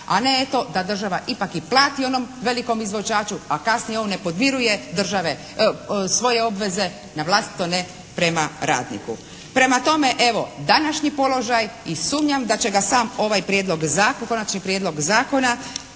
a ne eto da država ipak i plati onom velikom izvođaču, a kasnije on ne podmiruje svoje obveze, navlastito ne prema radniku. Prema tome evo današnji položaj i sumnjam da će ga sam ovaj prijedlog zakona, konačni prijedlog zakona